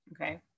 Okay